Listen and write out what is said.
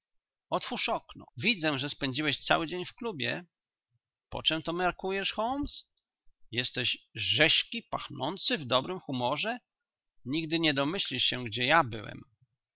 otwórz okno widzę że spędziłeś cały dzień w klubie po czem to miarkujesz holmes jesteś rzeźwy pachnący w dobrym humorze nigdy nie domyślisz się gdzie ja byłem